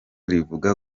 rivuga